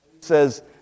says